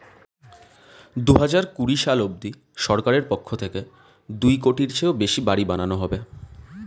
দুহাজার কুড়ি সাল অবধি সরকারের পক্ষ থেকে দুই কোটির চেয়েও বেশি বাড়ি বানানো হবে